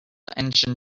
engine